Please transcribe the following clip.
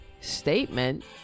statement